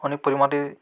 ଅନେକ ପରିମାଣରେ